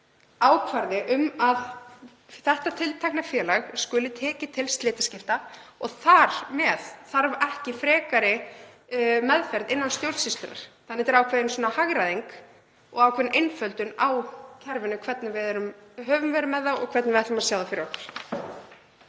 ákvarði um að þetta tiltekna félag skuli tekið til slitaskipta og þar með þarf ekki frekari meðferð innan stjórnsýslunnar. Þetta er ákveðin hagræðing og ákveðin einföldun á kerfinu, hvernig við höfum verið með það og hvernig við sjáum það fyrir okkur.